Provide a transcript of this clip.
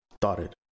dotted